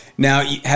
Now